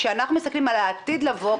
כשאנחנו מסתכלים על העתיד לבוא,